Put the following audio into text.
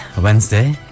Wednesday